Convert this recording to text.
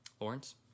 Lawrence